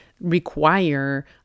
require